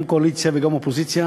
גם קואליציה וגם אופוזיציה.